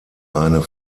eine